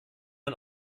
den